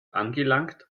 angelangt